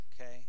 Okay